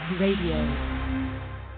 radio